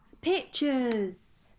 pictures